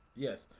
yes,